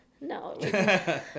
No